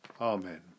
Amen